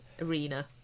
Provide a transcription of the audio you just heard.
arena